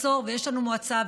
ויש לנו מועצה,